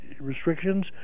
restrictions